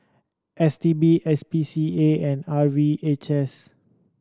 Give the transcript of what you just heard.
S T B S P C A and R V H S